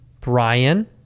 Brian